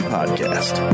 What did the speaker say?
podcast